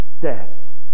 death